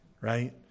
right